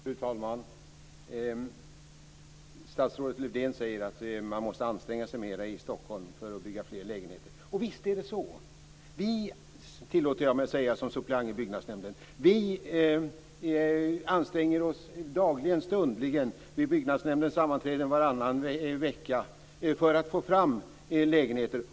Fru talman! Statsrådet Lövdén säger att man måste anstränga sig mer i Stockholm för att bygga fler lägenheter. Och visst är det så! Vi - tillåter jag mig att säga som suppleant i byggnadsnämnden - anstränger oss dagligen och stundligen vid byggnadsnämndens sammanträden varannan vecka för att få fram lägenheter.